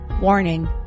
Warning